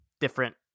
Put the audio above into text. different